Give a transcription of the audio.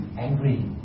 angry